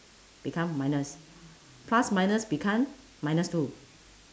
become minus plus minus become minus too